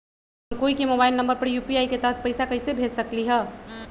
हम कोई के मोबाइल नंबर पर यू.पी.आई के तहत पईसा कईसे भेज सकली ह?